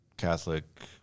catholic